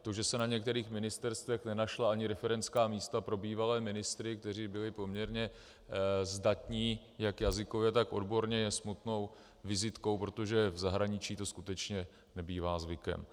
To, že se na některých ministerstvech nenašla ani referentská místa pro bývalé ministry, kteří byli poměrně zdatní jak jazykově, tak odborně, je smutnou vizitkou, protože v zahraničí to skutečně nebývá zvykem.